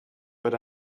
but